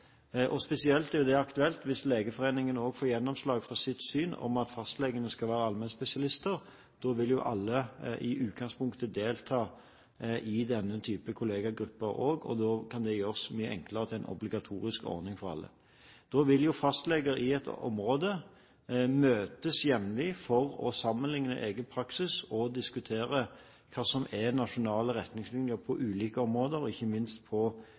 området. Spesielt er det aktuelt hvis Legeforeningen også får gjennomslag for sitt syn om at fastlegene skal være allmennspesialister. Da vil jo alle i utgangspunktet delta i denne typen kollegagrupper, og da kan det mye enklere gjøres til en obligatorisk ordning for alle. Da vil fastleger i et område møtes jevnlig for å sammenlikne egen praksis og diskutere hva som er nasjonale retningslinjer på ulike områder, ikke minst på